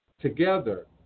together